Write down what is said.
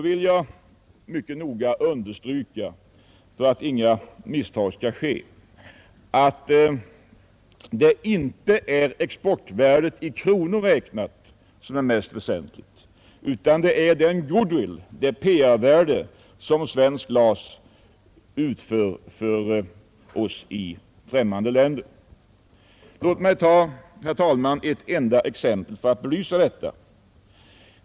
För att inga missförstånd skall uppstå vill jag understryka att det inte är exportvärdet i kronor räknat som är mest väsentligt utan den goodwill, det PR-värde, som svenskt glas ger oss i främmande länder. Låt mig, herr talman, ta ett enda exempel för att belysa detta.